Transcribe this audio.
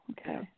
okay